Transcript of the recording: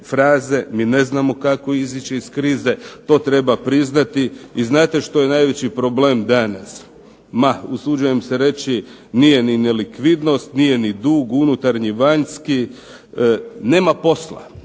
mi ne znamo kako izaći iz krize, to treba priznati. I znate što je najveći problem danas, ma usuđujem se reći, nije ni nelikvidnost, nije ni dug unutarnji, vanjski, nema posla.